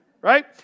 right